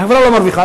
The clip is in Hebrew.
החברה לא מרוויחה,